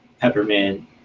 peppermint